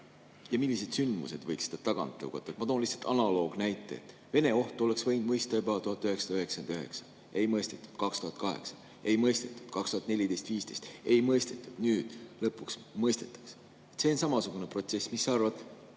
Millised sündmused võiks seda tagant tõugata? Ma toon lihtsalt analoogilise näite. Vene ohtu oleks võinud mõista juba 1999. Ei mõistetud. 2008 ei mõistetud. 2014–2015 ei mõistetud. Nüüd lõpuks mõistetakse. See on samasugune protsess. Mis sa arvad,